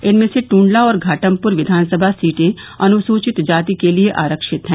इनमें से टूंडला और घाटमपुर विधानसभा सीटें अनुसूचित जाति के लिये आरक्षित है